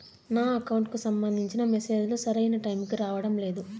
నా అకౌంట్ కు సంబంధించిన మెసేజ్ లు సరైన టైము కి రావడం లేదు